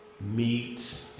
meat